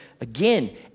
again